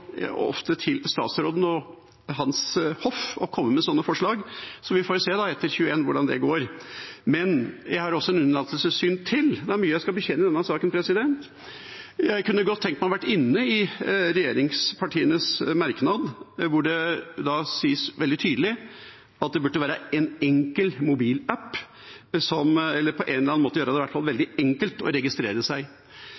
ofte til statsråden og hans hoff å komme med sånne forslag. Vi får se hvordan det går etter 2021. Jeg har en unnlatelsessynd til. Det er mye jeg skal bekjenne i denne saken. Jeg kunne godt tenkt meg å ha vært med på regjeringspartienes merknad der det sies veldig tydelig at det burde være en enkel mobilapp – eller at en i hvert fall må gjøre det veldig enkelt å registrere seg på en eller annen måte.